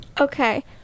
Okay